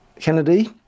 Kennedy